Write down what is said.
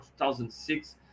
2006